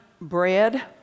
bread